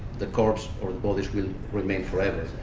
the corpse or the bodies will remain forever.